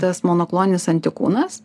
tas monokloninis antikūnas